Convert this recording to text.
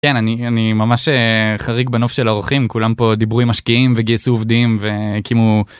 מזל טוב עילאי